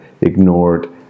ignored